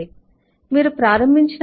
మీరు ప్రారంభించినప్పుడు ఇది విండోస్ 8